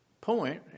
point